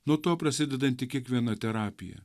nuo to prasidedanti kiekviena terapija